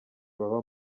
baba